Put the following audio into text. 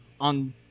on